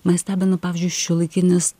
mane stebina pavyzdžiui šiuolaikinis